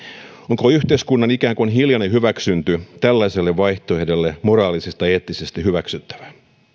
onko yhteiskunnan ikään kuin hiljainen hyväksyntä tällaiselle vaihtoehdolle moraalisesti tai eettisesti hyväksyttävää